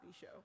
show